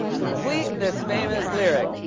complete this famous lyric.